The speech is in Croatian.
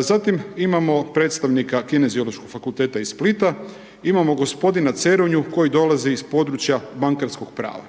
Zatim imamo predstavnika KIF-a iz Splita, imamo g. Ceronju koji dolazi iz područja bankarskog prava.